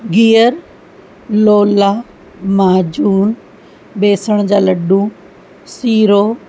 गिहर लोला माजून बेसण जा लॾूं सीरो